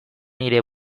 nire